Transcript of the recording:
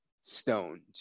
stoned